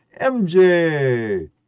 MJ